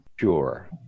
Sure